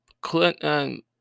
Clinton